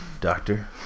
Doctor